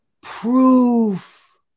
Proof